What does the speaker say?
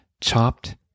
Chopped